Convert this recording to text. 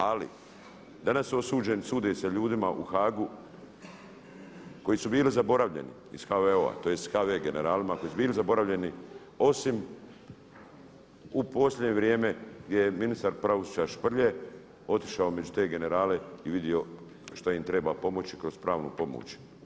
Ali danas osuđeni, sudi se ljudima u Haagu koji su bili zaboravljeni iz HVO-a tj. HV generalima koji su bili zaboravljeni osim u posljednje vrijeme je ministar pravosuđa Šprlje otišao među te generale i vidio što im treba pomoći kroz pravnu pomoć.